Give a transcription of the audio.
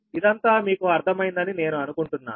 ఇదంతా మీకు అర్థమైందని నేను అనుకుంటున్నాను